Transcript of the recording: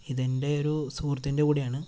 ഇതെൻറെ ഒരു സുഹൃത്തിൻറെ കൂടിയാണ്